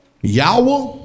Yahweh